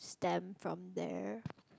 stem from there